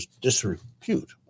disrepute